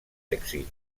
èxit